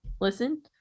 listen